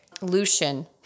Lucian